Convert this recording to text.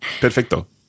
Perfecto